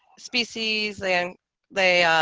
species and they